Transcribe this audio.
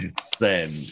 send